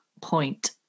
point